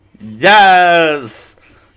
Yes